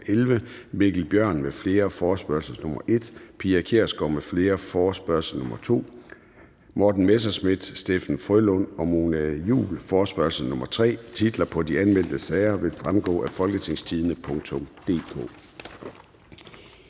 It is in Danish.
Titler på de anmeldte sager vil fremgå af www.folketingstidende.dk